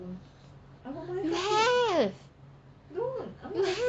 have have